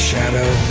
shadow